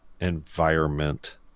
environment